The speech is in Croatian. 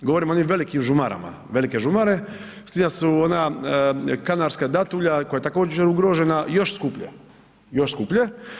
Govorim o onim velikim žumarama, velike žumare s tim da su ona kanarska datulja koja također ugrožena još skuplja, još skuplja.